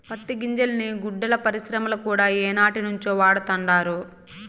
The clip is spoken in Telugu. పత్తి గింజల్ని గుడ్డల పరిశ్రమల కూడా ఏనాటినుంచో వాడతండారు